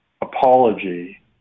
apology